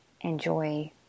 enjoy